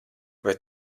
vai